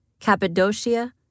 Cappadocia